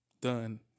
done